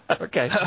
Okay